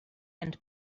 and